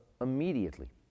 immediately